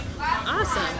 Awesome